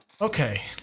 Okay